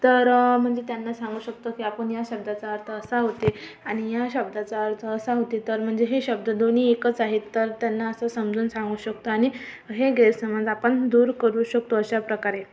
तर म्हणजे त्यांना सांगू शकतो की आपण या शब्दाचा अर्थ असा होते आणि या शब्दाचा अर्थ असा होते तर म्हणजे हे शब्द दोन्ही एकच आहेत तर त्यांना असं समजावून सांगू शकतो आणि हे गैरसमज आपण दूर करू शकतो अशा प्रकारे